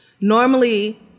Normally